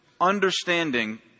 understanding